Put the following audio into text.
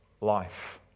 life